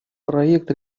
проект